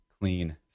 clean